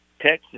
Texas